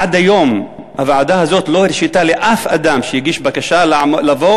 עד היום הוועדה הזאת לא הרשתה לאף אדם שהגיש בקשה לבוא